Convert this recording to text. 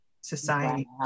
society